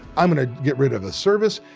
i'm going to get rid of a service.